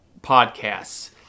podcasts